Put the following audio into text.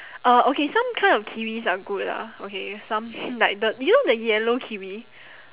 uh okay some kind of kiwis are good lah okay some like the you know the yellow kiwi